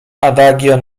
adagio